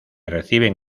reciben